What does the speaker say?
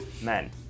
men